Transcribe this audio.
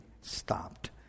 stopped